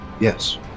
Yes